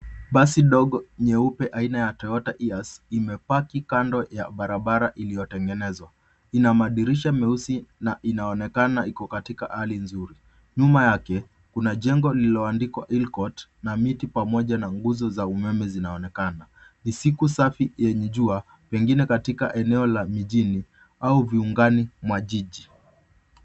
Basi dogo nyeupe aina ya Toyota hearse imepaki kando ya barabara iliyotengenezwa ina madirisha meusi na inaonekana iko katika hali nzuri. Nyuma yake kuna jengo lililoandikwa Hill Court na miti pamoja na nguzo za umeme zinaonekana. Ni siku safi yenye jua pengine katika eneo la mijini au viungani majiji.